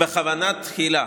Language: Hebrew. בכוונה תחילה.